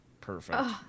perfect